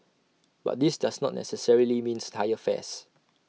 but this does not necessarily means higher fares